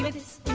this